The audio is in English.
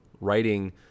writing